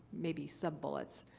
maybe, sub-bullets.